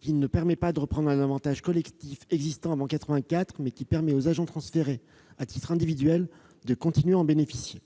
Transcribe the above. qui ne permet pas de reprendre un avantage collectif existant avant 1984, mais qui permet aux agents transférés à titre individuel de continuer à en bénéficier.